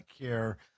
care